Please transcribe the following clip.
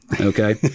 Okay